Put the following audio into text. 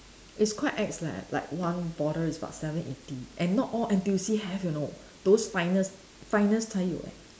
it's quite ex leh like one bottle is about seven eighty and not all N_T_U_C have you know those finest finest 才有 eh